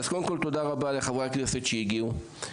תודה רבה לחברי הכנסת שהגיעו,